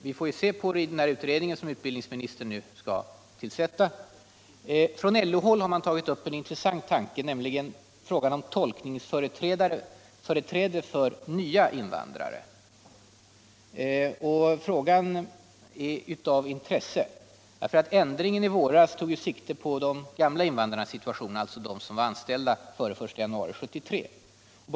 Vi får väl först se på vad den utredning kommer fram till som utbildningsministern nu skall tillsätta. Från LO-håll har en intressant tanke tagits upp, nämligen frågan om tolkningsföreträde för ”nya” invandrare. Frågan är av intresse, eftersom lagändringen i våras tog sikte på de ”gamla” invandrarnas situation, dvs. de som var anställda före den 1 januari 1973.